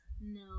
No